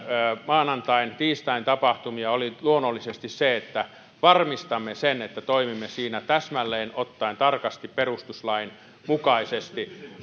maanantain ja tiistain tapahtumia oli luonnollisesti se että varmistamme sen että toimimme siinä täsmälleen ottaen tarkasti perustuslain mukaisesti